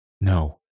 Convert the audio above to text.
No